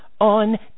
on